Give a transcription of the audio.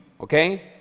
okay